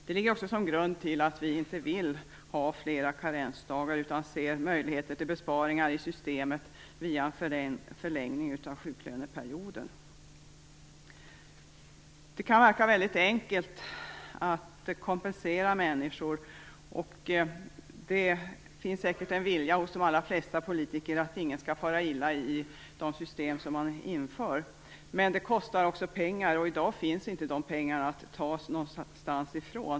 Det ligger också som grund till att vi inte vill ha flera karensdagar, utan ser möjligheter till besparingar i systemet via en förlängning av sjuklöneperioden. Det kan verka väldigt enkelt att kompensera människor. Det finns säkert en vilja hos de allra flesta politiker att ingen skall fara illa i de system som man inför, men det kostar också pengar. I dag finns inte de pengarna någonstans.